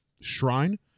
shrine